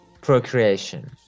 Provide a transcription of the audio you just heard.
procreation